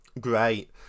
great